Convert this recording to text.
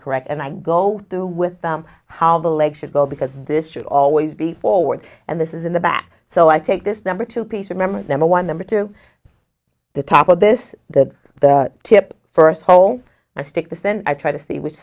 correct and i go through with them how the leg should go because this should always be forward and this is in the back so i take this number two piece remembers number one number two the top of this the tip first hole i stick the stand i try to see which